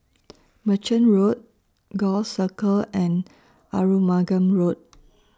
Merchant Road Gul Circle and Arumugam Road